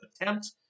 attempt